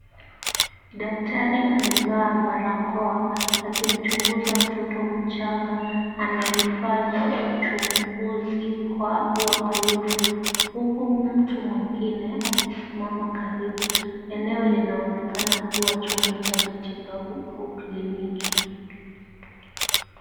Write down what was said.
Daktari amevaa barakoa akimchunguza mtoto mchanga anayefanya uchunguzi kwa uangalifu, huku mtu mwingine akisimama karibu eneo linaonekana kuwa chumba cha matibabu au kliniki.